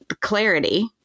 clarity